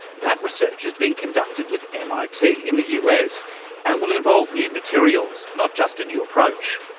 that research is being conducted with mit in the us and will involve new materials, not just a new approach.